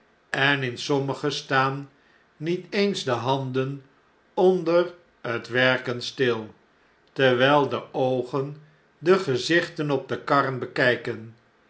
en in sommige staan niet eens de handen onder het werken stil terwijl de oogen de gezichten op de karren beku'ken